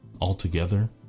altogether